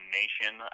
nation